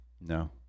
No